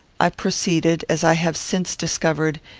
i proceeded as i have since discovered,